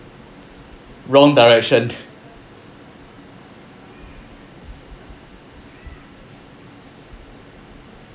wrong direction